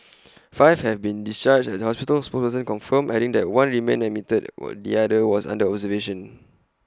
five have been discharged A hospital spokesperson confirmed adding that one remained admitted while the other was under observation